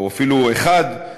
או אפילו אחד,